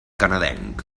canadenc